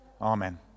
Amen